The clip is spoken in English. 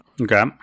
Okay